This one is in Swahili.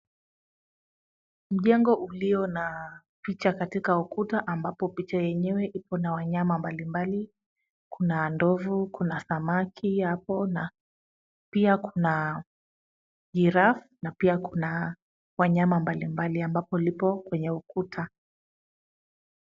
Mjengo uliona picha katika ukuta ambapo picha yenyewe iko na wanyama mbalimbali. Kuna ndovu, kuna samaki hapo na pia kuna giraffe na pia kuna wanyama mbalimbali ambapo lipo kwenye ukuta.